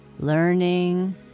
learning